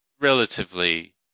relatively